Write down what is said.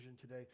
today